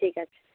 ঠিক আছে